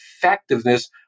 effectiveness